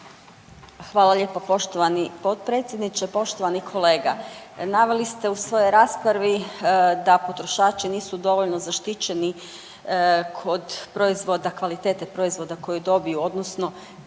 Hvala lijepo poštovani potpredsjedniče. Poštovani kolega naveli ste u svojoj raspravi da potrošači nisu dovoljno zaštićeni kod proizvoda, kvalitete proizvoda koju dobiju odnosno